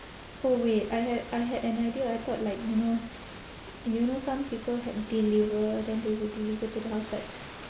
oh wait I had I had an idea I thought like you know you know some people had deliver then they would deliver to the house but